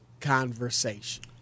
conversation